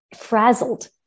frazzled